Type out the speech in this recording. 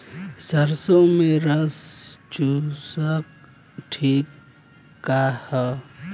सरसो में रस चुसक किट का ह?